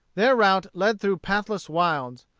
their route led through pathless wilds.